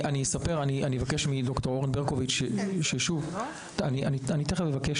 זה מקצוע מאוד מכובד